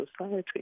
society